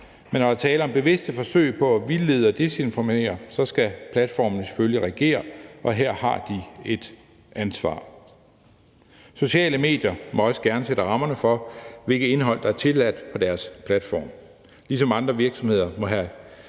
men når der er tale om bevidste forsøg på at vildlede og desinformere, skal platformene selvfølgelig reagere, og her har de et ansvar. Sociale medier må også gerne sætte rammerne for, hvilket indhold der er tilladt på deres platform, ligesom andre virksomheder må have